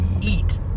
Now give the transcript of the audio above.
eat